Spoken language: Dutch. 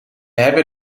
hebben